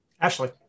Ashley